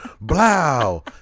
blow